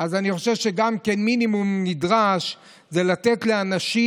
אז אני חושב שנדרש מינימום לתת לאנשים,